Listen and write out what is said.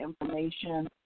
information